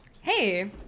Hey